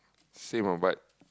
same ah but